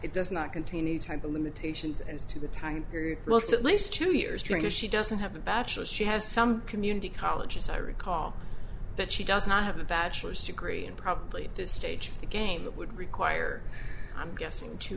it does not contain any type of limitations as to the time period close at least two years trying to she doesn't have a bachelor's she has some community colleges i recall that she does not have a bachelor's degree and probably this stage of the game that would require i'm guessing two